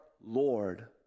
Lord